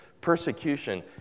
persecution